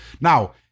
Now